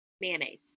mayonnaise